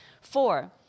Four